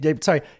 Sorry